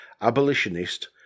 abolitionist